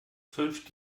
fünf